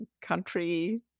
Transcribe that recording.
country